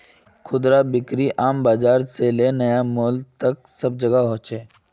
खुदरा बिक्री आम बाजार से ले नया मॉल तक हर जोगह हो छेक